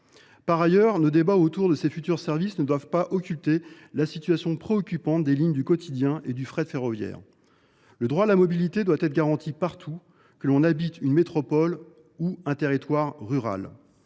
Par ailleurs, nos débats autour de ces futurs services ne doivent pas occulter la situation préoccupante des lignes du quotidien et du fret ferroviaire. Le droit à la mobilité doit être garanti partout, que l’on habite une métropole ou un territoire rural.